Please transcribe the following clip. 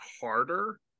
harder